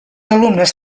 alumnes